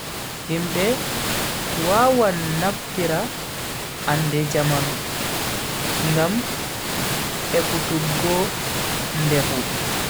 Himbe wawan naftira ande jamanu ngam ekkutuggo ndefu.